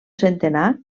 centenar